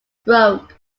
broke